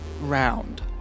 round